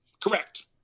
Correct